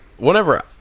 Whenever